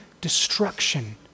destruction